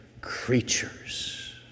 Creatures